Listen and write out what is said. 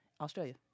Australia